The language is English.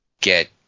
get